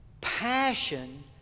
passion